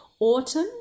Autumn